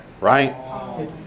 Right